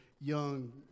young